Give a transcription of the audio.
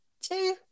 two